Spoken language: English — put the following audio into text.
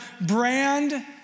brand